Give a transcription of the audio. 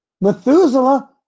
Methuselah